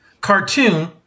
cartoon